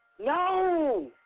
No